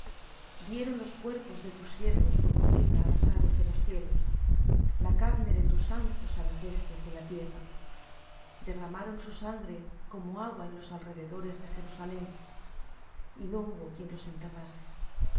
dieron los cuerpos de tus siervos por comida á las aves de los cielos la carne de tus santos á las bestias de la tierra derramaron su sangre como agua en los alrededores de jerusalem y no hubo quien los enterrase